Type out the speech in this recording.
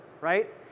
right